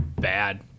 bad